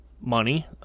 money